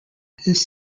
his